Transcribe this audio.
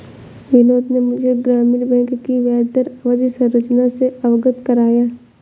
बिनोद ने मुझे ग्रामीण बैंक की ब्याजदर अवधि संरचना से अवगत कराया